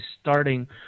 starting